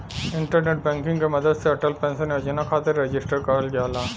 internet banking के मदद से अटल पेंशन योजना खातिर रजिस्टर करल जाला